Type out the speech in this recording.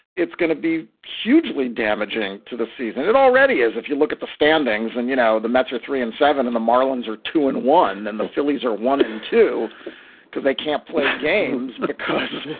it's going to be hugely damaging to the season. it already is. if you look at the standings and you know, the mets are three and seven in the marlins are two and one and the phillies are one and two because they can't play games but because